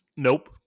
Nope